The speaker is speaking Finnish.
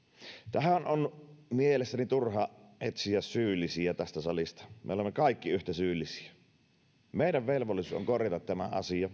tähän on mielestäni turha etsiä syyllisiä tästä salista me olemme kaikki yhtä syyllisiä meidän velvollisuutemme on korjata tämä asia